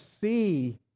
see